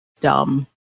Dumb